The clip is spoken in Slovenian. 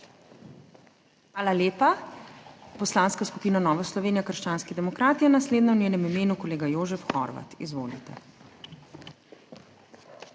Hvala lepa. Poslanska skupina Nova Slovenija – krščanski demokrati je naslednja, v njenem imenu kolega Jožef Horvat. Izvolite.